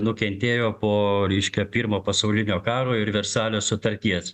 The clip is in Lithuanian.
nukentėjo po reiškia pirmo pasaulinio karo ir versalio sutarties